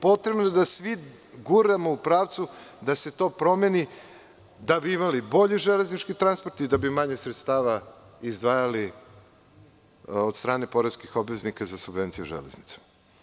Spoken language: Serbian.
Potrebno je da svi guramo u pravcu da se to promeni da bi imali bolje železnički transport i da bi manje sredstava izdvajali od strane poreskih obveznika za subvencije železnice.